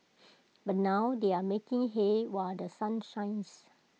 but now they are making hay while The Sun shines